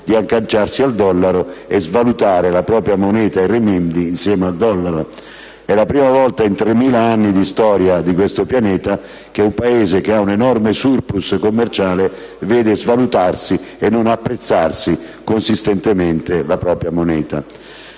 di agganciarsi al dollaro e svalutare la propria moneta, il renminbi, insieme al dollaro. È la prima volta, in 3.000 anni di storia di questo pianeta, che un Paese con un enorme *surplus* commerciale vede svalutarsi, e non apprezzarsi consistentemente la propria moneta.